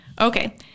Okay